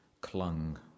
clung